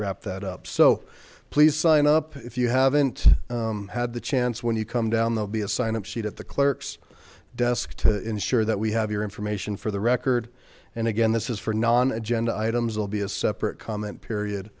wrap that up so please sign up if you haven't had the chance when you come down they'll be a sign up sheet at the clerk's desk to ensure that we have your information for the record and again this is for non agenda items will be a separate comment period